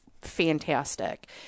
fantastic